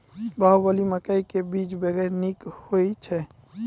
बाहुबली मकई के बीज बैर निक होई छै